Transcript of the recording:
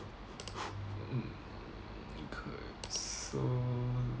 okay so